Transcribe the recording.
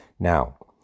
Now